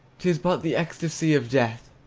t is but the ecstasy of death,